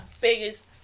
biggest